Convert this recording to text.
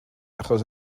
achos